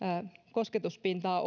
kosketuspintaa